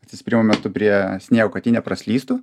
atsispyrimo metu prie sniego kad ji nepraslystų